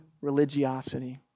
religiosity